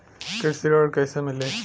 कृषि ऋण कैसे मिली?